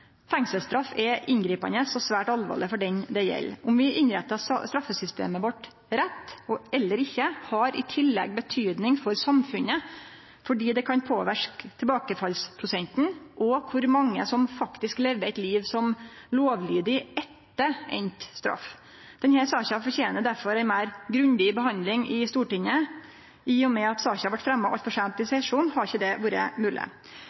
Fengselsstraff er inngripande og svært alvorleg for den det gjeld. Om vi innrettar straffesystemet vårt rett eller ikkje, har i tillegg betydning for samfunnet, fordi det kan påverke tilbakefallsprosenten og kor mange som faktisk lever eit liv som lovlydige etter enda straff. Denne saka fortener derfor ei meir grundig behandling i Stortinget. I og med at saka vart fremja altfor seint i sesjonen, har ikkje det vore